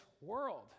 world